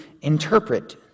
interpret